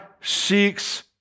seeks